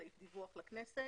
סעיף דיווח לכנסת.